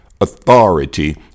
authority